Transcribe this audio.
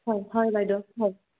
হয় হয় বাইদেউ হয়